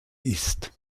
ist